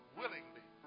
willingly